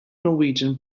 norwegian